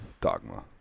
Dogma